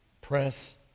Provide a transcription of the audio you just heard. press